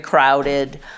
crowded